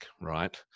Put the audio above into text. right